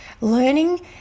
learning